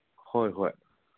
ꯍꯣꯏ ꯍꯣꯏ